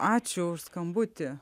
ačiū už skambutį